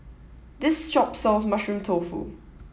this shop sells Mushroom Tofu